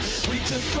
sweet to